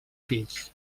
fills